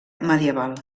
medieval